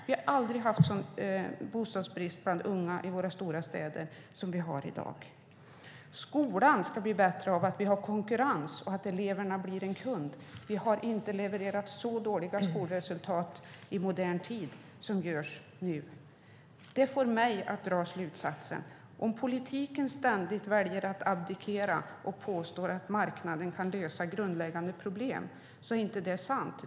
Vi har aldrig haft en sådan bostadsbrist bland unga i våra stora städer som i dag. Skolan ska bli bättre av att vi har konkurrens och att eleverna blir kunder. Vi har inte levererat så dåliga skolresultat i modern tid som nu. Detta får mig att dra en slutsats. Politiken väljer ständigt att abdikera och påstår att marknaden kan lösa grundläggande problem, men det är inte sant.